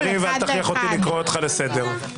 אל תכריח אותי לקרוא אותך לסדר.